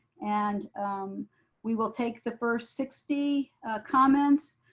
and we will take the first sixty comments.